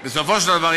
בסופו של דבר,